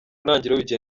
ntangiriro